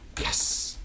Yes